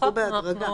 שהלכו בהדרגה.